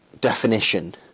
definition